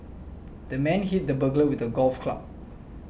the man hit the burglar with a golf club